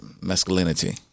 masculinity